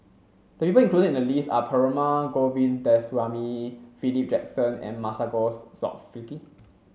the people included in the list are Perumal Govindaswamy Philip Jackson and Masagos Zulkifli